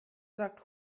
sagt